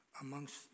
amongst